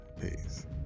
Peace